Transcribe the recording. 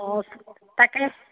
অঁ তাকে